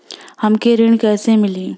हमके ऋण कईसे मिली?